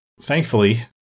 Thankfully